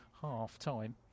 half-time